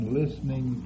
listening